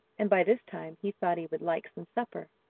and by this time he thought he would like some supper.